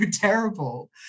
terrible